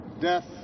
death